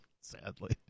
sadly